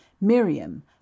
miriam